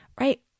right